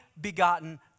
begotten